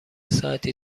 ساعتی